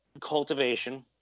cultivation